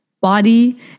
body